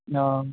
অঁ